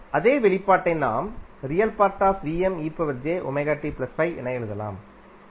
அதே வெளிப்பாட்டை நாம் என எழுதலாம்